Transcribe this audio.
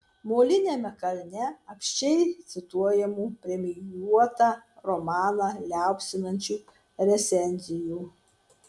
moliniame kalne apsčiai cituojamų premijuotą romaną liaupsinančių recenzijų